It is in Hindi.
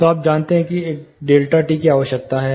तो आप जानते हैं कि एक डेल्टा टी की आवश्यकता क्या है